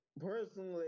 personally